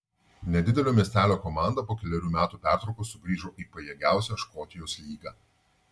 nedidelio miestelio komanda po kelerių metų pertraukos sugrįžo į pajėgiausią škotijos lygą